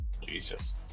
Jesus